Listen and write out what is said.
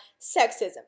sexism